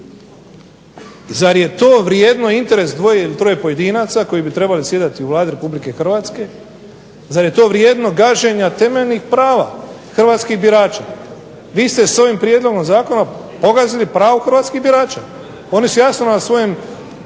Zar je to vrijedno interes dvoje ili troje pojedinaca koji bi trebali sjediti u Vladi Republike Hrvatske, zar je to vrijedno gaženja temeljnih prava hrvatskih birača. Vi ste s ovim prijedlogom zakona pogazili pravo hrvatskih birača. Oni su jasno na svojim